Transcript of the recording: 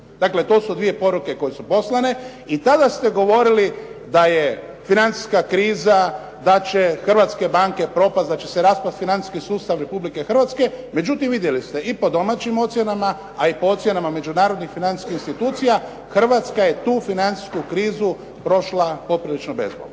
Dakle, to su dvije poruke koje su poslane i tada ste govorili da je financijska kriza, da će hrvatske banke propasti, da će se raspasti financijski sustav Republike Hrvatske. Međutim, vidjeli ste i po domaćim ocjenama a i po ocjenama međunarodnih financijskih institucija Hrvatska je tu financijsku krizu prošla poprilično bezbolno.